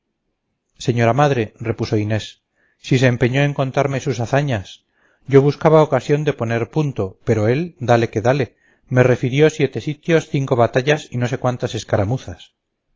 señora madre repuso inés si se empeñó en contarme sus hazañas yo buscaba ocasión de poner punto pero él dale que dale me refirió siete sitios cinco batallas y no sé cuántas escaramuzas